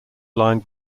lined